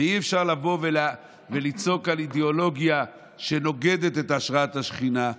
ואי-אפשר ולצעוק אידיאולוגיה שנוגדת את השראת השכינה,